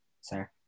sir